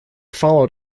followed